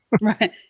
Right